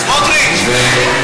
עברה,